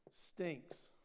Stinks